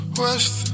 west